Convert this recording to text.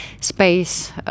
space